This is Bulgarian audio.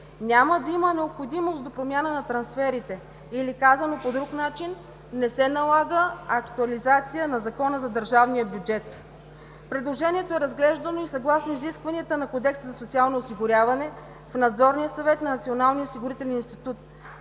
Няма да има необходимост от промяна на трансферите, или казано по друг начин: не се налага актуализация на Закона за държавния бюджет. Предложението е разглеждано съгласно изискванията на Кодекса за социално осигуряване в Надзорния съвет на Националния осигурителен институт,